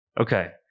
Okay